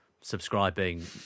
subscribing